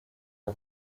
les